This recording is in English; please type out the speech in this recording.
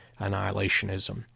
annihilationism